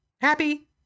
Happy